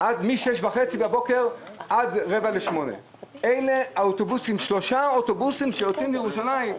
מ-06:30 עד 07:45. שלושה אוטובוסים שיוצאים לירושלים.